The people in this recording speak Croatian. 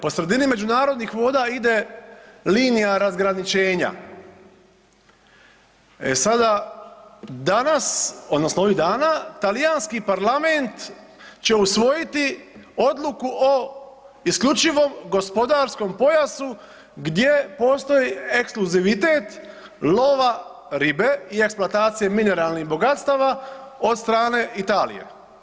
Po sredini međunarodnih voda ide linija razgraničenja, e sada danas odnosno ovih dana Talijanski parlament će usvojiti odluku o isključivom gospodarskom pojasu gdje postoji ekskluzivitet lova ribe i eksploatacije mineralnih bogatstava od strane Italije.